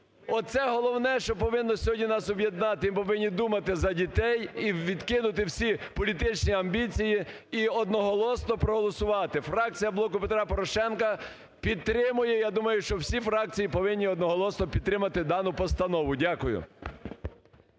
Оце головне, що повинно сьогодні нас об'єднати, ми повинні думати за дітей і відкинути всі політичні амбіції і одноголосно проголосувати. Фракція "Блоку Петра Порошенка" підтримує, я думаю, що всі фракції повинні одноголосно підтримати дану постанову. Дякую.